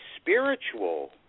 spiritual